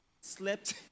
slept